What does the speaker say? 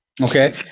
Okay